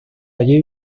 allí